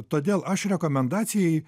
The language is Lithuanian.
todėl aš rekomendacijai